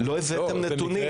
זה מקרה